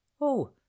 Oh